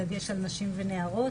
בדגש על נשים ונערות.